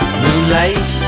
moonlight